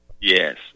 Yes